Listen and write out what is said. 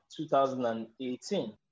2018